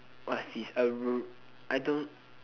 what is this a r~ I don't